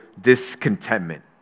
discontentment